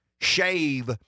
shave